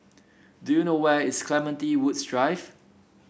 do you know where is Clementi Woods Drive